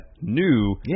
new